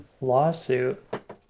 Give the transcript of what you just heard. lawsuit